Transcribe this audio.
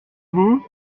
vous